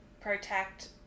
protect